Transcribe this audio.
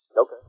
Okay